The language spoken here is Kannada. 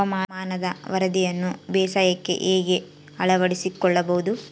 ಹವಾಮಾನದ ವರದಿಯನ್ನು ಬೇಸಾಯಕ್ಕೆ ಹೇಗೆ ಅಳವಡಿಸಿಕೊಳ್ಳಬಹುದು?